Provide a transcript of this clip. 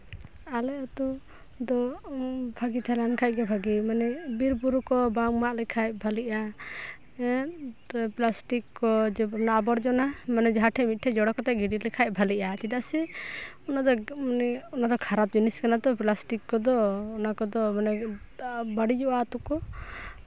ᱟᱞᱮ ᱟᱛᱳ ᱫᱚ ᱵᱷᱟᱜᱮ ᱛᱟᱦᱮᱸ ᱞᱮᱱᱠᱷᱟᱱ ᱜᱮ ᱵᱷᱟᱜᱮ ᱢᱟᱱᱮ ᱵᱤᱨᱼᱵᱩᱨᱩ ᱠᱚ ᱵᱟᱝ ᱢᱟᱸᱜ ᱞᱮᱠᱷᱟᱡ ᱵᱷᱟᱹᱞᱤᱜᱼᱟ ᱯᱞᱟᱥᱴᱤᱠ ᱠᱚ ᱚᱱᱟ ᱟᱵᱚᱨᱡᱚᱱᱟ ᱢᱟᱱᱮ ᱡᱟᱦᱟᱸ ᱴᱷᱮᱡ ᱢᱤᱫ ᱴᱷᱮᱡ ᱡᱚᱲᱚ ᱠᱟᱛᱮ ᱜᱤᱰᱤ ᱞᱮᱠᱷᱟᱡ ᱵᱷᱟᱞᱮᱜᱼᱟ ᱟᱨ ᱪᱮᱫᱟᱜ ᱥᱮ ᱚᱱᱟᱫᱚ ᱮᱠᱫᱚᱢ ᱢᱟᱱᱮ ᱚᱱᱟᱫᱚ ᱠᱷᱟᱨᱟᱯ ᱡᱤᱱᱤᱥ ᱠᱟᱱᱟ ᱛᱚ ᱯᱞᱟᱥᱴᱤᱠ ᱠᱚᱫᱚ ᱚᱱᱟ ᱠᱚᱫᱚ ᱢᱟᱱᱮ ᱵᱟᱹᱲᱤᱡᱚᱜᱼᱟ ᱟᱛᱳ ᱠᱚ